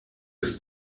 ist